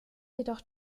jedoch